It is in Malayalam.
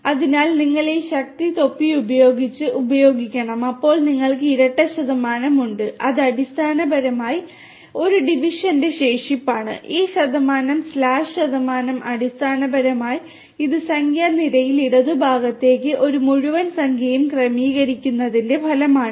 അതിനാൽ നിങ്ങൾ ഈ ശക്തി തൊപ്പിയുപയോഗിച്ച് ഉപയോഗിക്കണം അപ്പോൾ നിങ്ങൾക്ക് ഇരട്ട ശതമാനം ഉണ്ട് അത് അടിസ്ഥാനപരമായി ഒരു ഡിവിഷന്റെ ശേഷിപ്പാണ് ഈ ശതമാനം സ്ലാഷ് ശതമാനം അടിസ്ഥാനപരമായി ഇത് സംഖ്യാ നിരയിൽ ഇടതുഭാഗത്തേക്ക് ഒരു മുഴുവൻ സംഖ്യയും ക്രമീകരിക്കുന്നതിന്റെ ഫലമാണ്